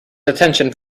detention